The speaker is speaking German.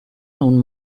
nun